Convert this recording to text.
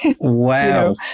Wow